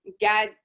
God